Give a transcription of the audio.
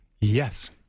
Yes